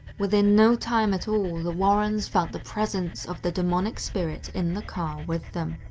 within no time at all, and the warrens felt the presence of the demonic spirit in the car with them.